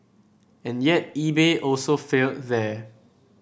and yet eBay also failed there